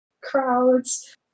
Crowds